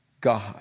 God